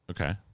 okay